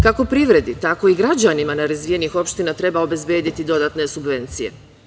Kako privredi, tako i građanima nerazvijenih opština treba obezbediti dodatne subvencije.